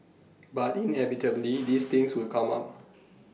but inevitably these things will come up